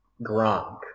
Gronk